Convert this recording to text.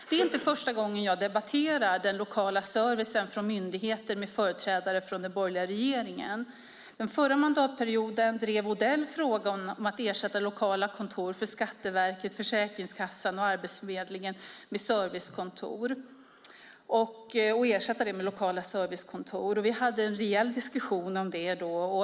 Det är inte första gången jag debatterar den lokala servicen från myndigheter med företrädare för den borgerliga regeringen. Den förra mandatperioden drev Odell frågan om att ersätta lokala kontor för Skatteverket, Försäkringskassan och Arbetsförmedlingen med lokala servicekontor. Vi hade en reell diskussion om det då.